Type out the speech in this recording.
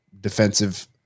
defensive